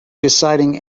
deciding